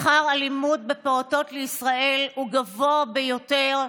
שכר הלימוד במעונות לפעוטות בישראל הוא גבוה ביותר,